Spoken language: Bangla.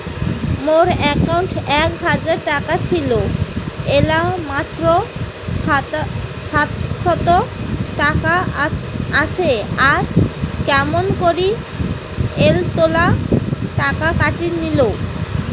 মোর একাউন্টত এক হাজার টাকা ছিল এলা মাত্র সাতশত টাকা আসে আর কেমন করি এতলা টাকা কাটি নিল?